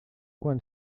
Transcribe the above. quan